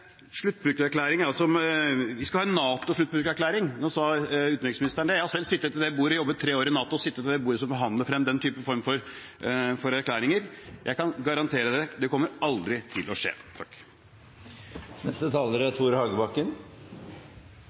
det er helt umulig å gjennomføre. Så til sluttbrukererklæring: Vi skal ha en NATO-sluttbrukererklæring, sa utenriksministeren. Jeg har selv jobbet tre år i NATO og sittet ved det bordet som forhandler frem den typen erklæringer. Jeg kan garantere: Det kommer aldri til å skje.